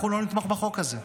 אנחנו לא נתמוך בחוק הזה.